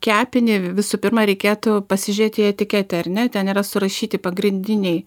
kepinį visų pirma reikėtų pasižiūrėt į etiketę ar ne ten yra surašyti pagrindiniai